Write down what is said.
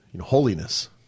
Holiness